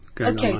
Okay